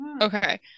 Okay